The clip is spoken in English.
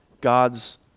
God's